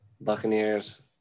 Buccaneers